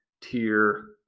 Tier